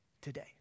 today